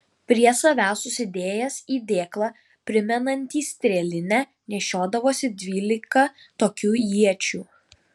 prie savęs susidėjęs į dėklą primenantį strėlinę nešiodavosi dvylika tokių iečių